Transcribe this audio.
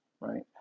right